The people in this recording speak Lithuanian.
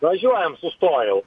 važiuojam sustojau